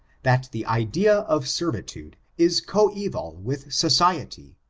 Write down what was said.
that the idea of servitude is coeval with society,